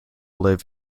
live